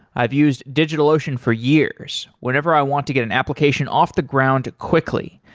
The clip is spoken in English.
i've used digitalocean for years whenever i want to get an application off the ground quickly,